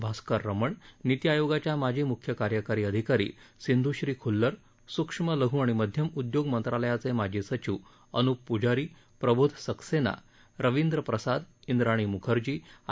भास्करमण नीती आयोगाच्या माजी मुख्य कार्यकारी अधिकारी सिंध्श्री खुल्लर सुक्ष्म लघू आणि मध्यम उद्योग मंत्रालयाचे माजी सचिव अनुप पूजारी प्रबोध सक्सेना रबिंद्र प्रसाद इंद्राणी मूखर्जी आय